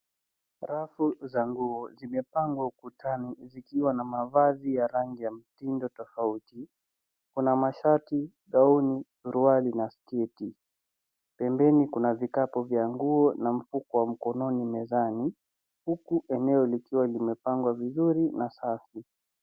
Rafu za nguo zimepangwa ukutani zikiwa na mavazi ya rangi ya mitindo tofauti. Kuna mashati, gauni, suruali na sketi . Pembeni kuna vikapu vya nguo na mfuko wa mkononi mezani , huku eneo likiwa limepangwa vizuri na safi.